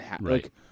right